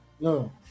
No